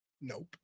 Nope